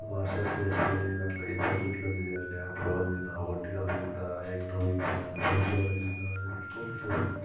masters చేస్తే దాంట్లో ఏ సబ్జెక్ట్లో చేయాలి జూలాజీనా పొలిటికల్ సైన్సా ఎకనామిక్సా సోషియాలజీనా అనేది ఇంకో పెద్ద సందిగ్దం